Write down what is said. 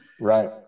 Right